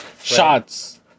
Shots